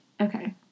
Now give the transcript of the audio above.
okay